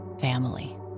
family